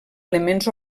elements